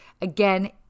Again